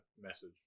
message